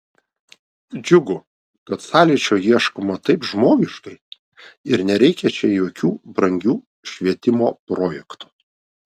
džiugu kad sąlyčio ieškoma taip žmogiškai ir nereikia čia jokių brangių švietimo projektų